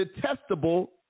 detestable